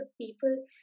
people